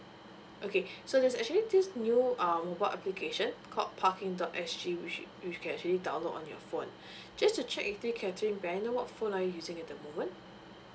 okay so there's actually this new um mobile application called parking dot S G which which you can actually download on your phone just to check with you catherine may I know what phone are you using at the moment